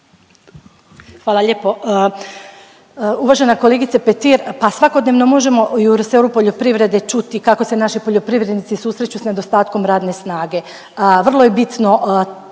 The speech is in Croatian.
Hvala lijepo. Uvažena kolegice Petir. Pa svakodnevno možemo i resoru poljoprivrede čuti kako se naši poljoprivrednici susreću s nedostatkom radne snage, vrlo je bitno